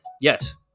Yes